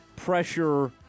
Pressure